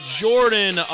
jordan